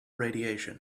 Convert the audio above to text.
radiation